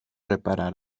reparar